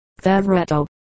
Favretto